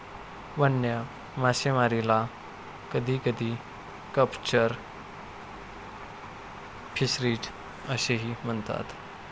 वन्य मासेमारीला कधीकधी कॅप्चर फिशरीज असेही म्हणतात